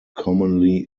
commonly